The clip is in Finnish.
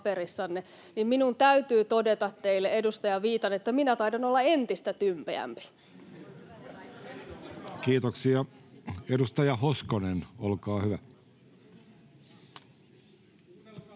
Minun täytyy todeta teille, edustaja Viitanen, että taidan olla entistä tympeämpi. Kiitoksia. — Edustaja Hoskonen, olkaa hyvä.